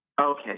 Okay